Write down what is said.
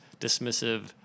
dismissive